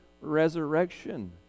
resurrection